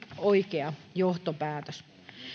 oikea johtopäätös